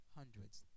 hundreds